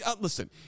listen